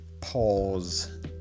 pause